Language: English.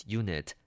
unit